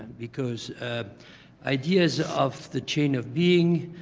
because ideas of the chain of being,